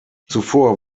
zuvor